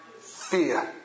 fear